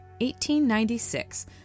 1896